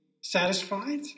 satisfied